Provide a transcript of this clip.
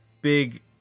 big